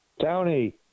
Tony